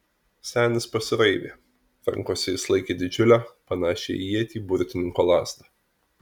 senis pasiraivė rankose jis laikė didžiulę panašią į ietį burtininko lazdą